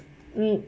um